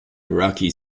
iraqi